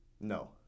No